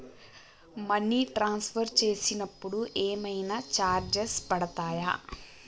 Money transfer చేసినప్పుడు ఏమైనా charges పడతయా?